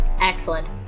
Excellent